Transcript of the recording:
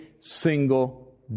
single